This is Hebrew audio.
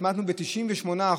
התמעטנו ב-98%.